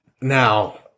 now